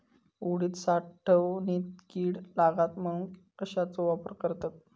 उडीद साठवणीत कीड लागात म्हणून कश्याचो वापर करतत?